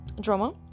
drama